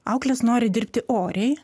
auklės nori dirbti oriai